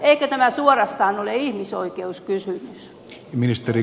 eikö tämä suorastaan ole ihmisoikeuskysymys